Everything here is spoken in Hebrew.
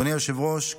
אדוני היושב-ראש,